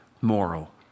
moral